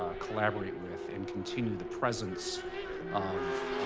ah collaborate with, and continue the presence of